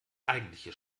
eigentliche